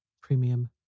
Premium